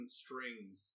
strings